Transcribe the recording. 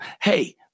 Hey